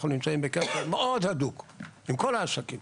אנחנו נמצאים בקשר מאוד הדוק עם כול העסקים